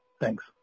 Thanks